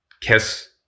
kiss